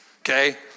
okay